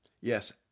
Yes